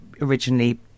originally